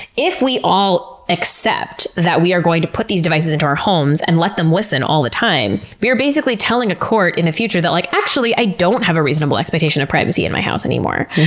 if we all accept that we are going to put these devices into our homes and let them listen all the time, we're basically telling a court in the future that, like actually, i don't have a reasonable expectation of privacy in my house anymore.